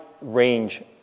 range